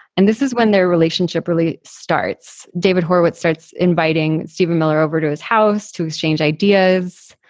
and this is when their relationship really starts. david horowitz starts inviting steven miller over to his house to exchange ideas.